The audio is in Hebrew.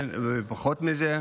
ופחות מזה.